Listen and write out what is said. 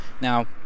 Now